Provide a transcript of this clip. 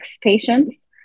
patients